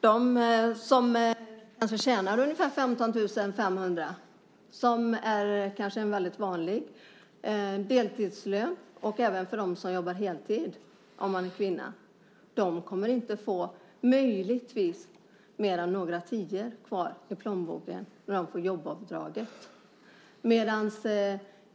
De som tjänar ungefär 15 500 kr, som är en väldigt vanlig deltidslön och även en vanlig lön för den som jobbar heltid och är kvinna, kommer inte att få mer än möjligtvis några tior kvar i plånboken när de får jobbavdraget.